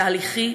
תהליכי,